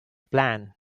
plan